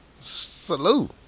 Salute